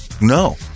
No